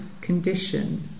condition